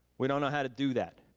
we don't know how to do that.